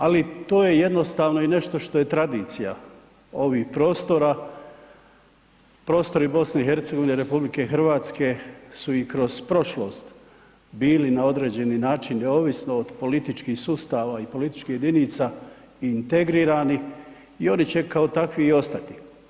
Ali to je jednostavno i nešto što je tradicija ovih prostora, prostori BiH i RH su i kroz prošlost bili na određeni način neovisno od političkih sustava i političkih jedinica integrirani i oni će kao takvi i ostati.